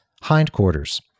hindquarters